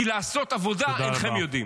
כי לעשות עבודה אינכם יודעים.